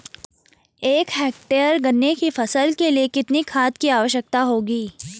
एक हेक्टेयर गन्ने की फसल के लिए कितनी खाद की आवश्यकता होगी?